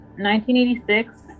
1986